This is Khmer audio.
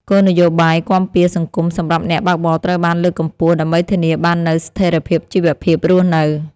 គោលនយោបាយគាំពារសង្គមសម្រាប់អ្នកបើកបរត្រូវបានលើកកម្ពស់ ដើម្បីធានាបាននូវស្ថិរភាពជីវភាពរស់នៅ។